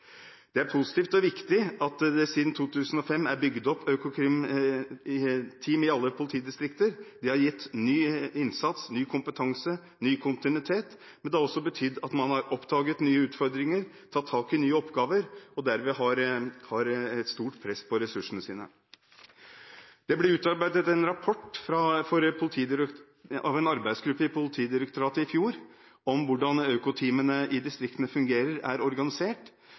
Det er positivt og viktig at det siden 2005 er bygd opp økokrimteam i alle politidistrikter. Det har gitt ny innsats, ny kompetanse og ny kontinuitet, men det har også betydd at man har oppdaget nye utfordringer og tatt tak i nye oppgaver, og derved fått et stort press på ressursene sine. En arbeidsgruppe i Politidirektoratet utarbeidet i fjor en rapport om hvordan økoteamene i distriktene fungerer og er organisert,